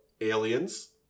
aliens